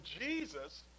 Jesus